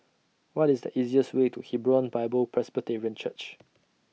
What IS The easiest Way to Hebron Bible Presbyterian Church